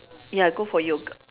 ya go for yoga